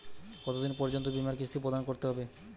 কতো দিন পর্যন্ত বিমার কিস্তি প্রদান করতে হবে?